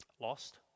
Lost